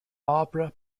barbara